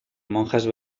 monjas